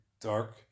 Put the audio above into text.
dark